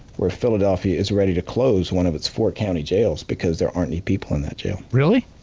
where philadelphia is ready to close one of it's four county jails because there aren't any people in that jail. really?